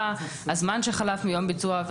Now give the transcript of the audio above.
הזמן שחלף מיום ביצוע העבירה,